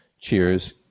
Cheers